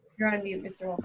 you're on mute mr. ah